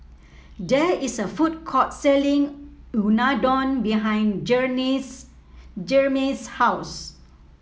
there is a food court selling Unadon behind Jermey's house